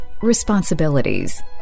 responsibilities